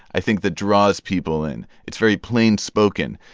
i think, that draws people in. it's very plain spoken.